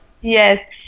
Yes